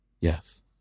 Yes